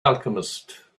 alchemist